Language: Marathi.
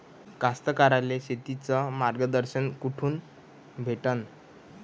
कास्तकाराइले शेतीचं मार्गदर्शन कुठून भेटन?